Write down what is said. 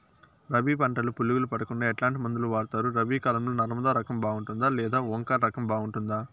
రబి పంటల పులుగులు పడకుండా ఎట్లాంటి మందులు వాడుతారు? రబీ కాలం లో నర్మదా రకం బాగుంటుందా లేదా ఓంకార్ రకం బాగుంటుందా?